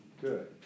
good